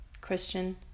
Christian